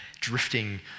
drifting